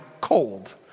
cold